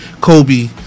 Kobe